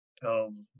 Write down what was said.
tells